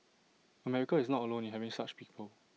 America is not alone in having such people